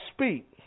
speak